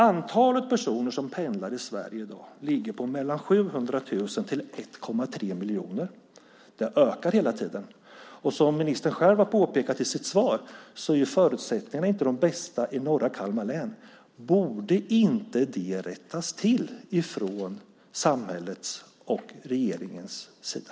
Antalet personer som pendlar i Sverige i dag är mellan 700 000 och 1,3 miljoner. Det ökar hela tiden. Som ministern själv har påpekat i sitt svar är förutsättningarna inte de bästa i norra Kalmar län. Borde inte det rättas till från samhällets och regeringens sida?